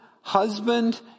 husband